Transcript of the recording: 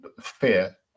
fear